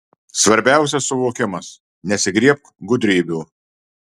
svarbiausias suvokimas nesigriebk gudrybių